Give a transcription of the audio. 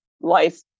life